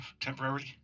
temporarily